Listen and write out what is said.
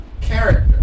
character